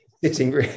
sitting